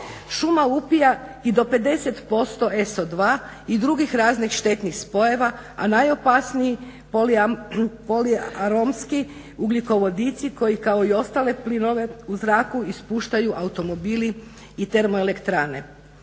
Šuma upija i do 50% SO2 i drugih raznih štetnih spojeva, a najopasniji poliaromski ugljikovodici koji kao i ostale plinove u zraku ispuštaju automobili i termoelektrane.